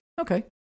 okay